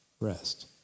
rest